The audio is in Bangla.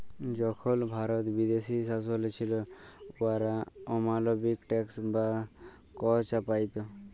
যখল ভারত বিদেশী শাসলে ছিল, উয়ারা অমালবিক ট্যাক্স বা কর চাপাইত